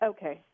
Okay